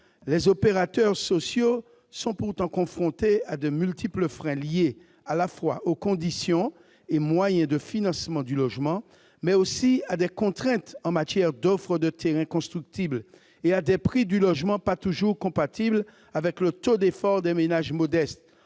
les opérateurs sociaux sont pourtant confrontés à de multiples freins liés à la fois aux conditions et aux moyens de financement du logement, à des contraintes en matière d'offre de terrains constructibles et à des prix du logement pas toujours compatibles avec le taux d'effort des ménages modestes.